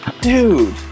dude